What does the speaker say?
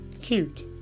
cute